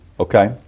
Okay